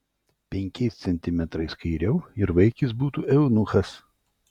penkiais centimetrais kairiau ir vaikis būtų eunuchas